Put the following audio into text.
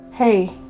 Hey